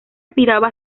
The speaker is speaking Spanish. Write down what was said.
aspiraba